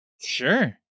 Sure